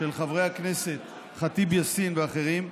של חברת הכנסת ח'טיב יאסין ואחרים,